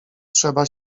trzeba